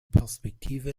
perspektive